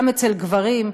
גם אצל גברים,